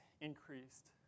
increased